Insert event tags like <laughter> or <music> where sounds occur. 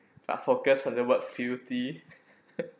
but focus on the word filthy <laughs>